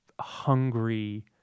hungry